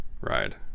ride